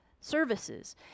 services